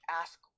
ask